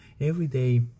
everyday